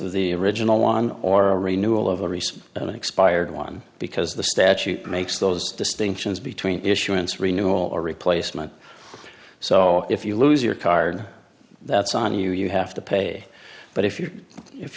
the original one or a renewal of a recent one expired one because the statute makes those distinctions between issuance renewal or replacement so if you lose your card that's on you you have to pay but if you're if